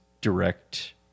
direct